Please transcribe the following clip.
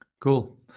Cool